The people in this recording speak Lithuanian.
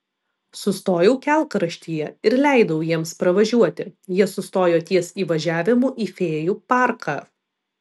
sustojau kelkraštyje ir leidau jiems pravažiuoti jie sustojo ties įvažiavimu į fėjų parką